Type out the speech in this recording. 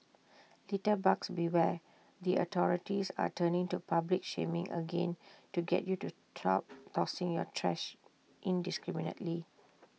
litterbugs beware the authorities are turning to public shaming again to get you to stop tossing your trash indiscriminately